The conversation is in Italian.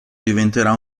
diventerà